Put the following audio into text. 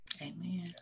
Amen